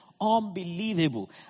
unbelievable